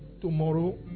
Tomorrow